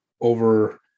over